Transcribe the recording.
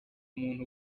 umuntu